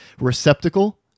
receptacle